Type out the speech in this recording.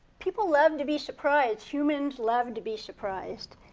people love to be surprised, humans love to be surprised,